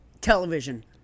television